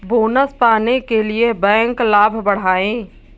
bonus पाने के लिए बैंक लाभ बढ़ाएं